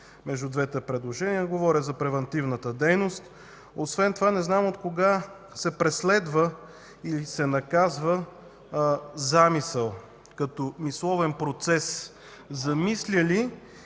между двете предложения. Говоря за превантивната дейност. Освен това, не знам откога се преследва или се наказва „замисъл” като мисловен процес – „замисляли